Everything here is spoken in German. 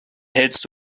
hältst